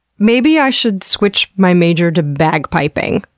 maybe i should switch my major to bagpiping,